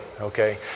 Okay